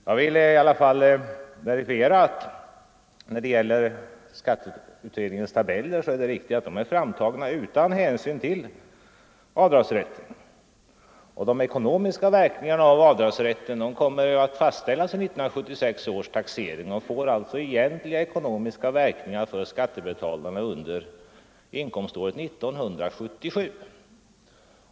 Jag vill i alla fall verifiera att skatteutredningens tabeller är framtagna utan hänsyn till den diskuterade avdragsrätten. De ekonomiska verk ningarna av den avdragsrätten kommer att fastställas i 1976 års taxering och får alltså egentliga ekonomiska verkningar för skattebetalarna under inkomståret 1977.